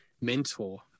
mentor